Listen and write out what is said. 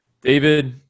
David